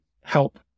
help